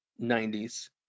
90s